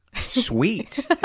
sweet